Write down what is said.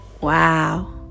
Wow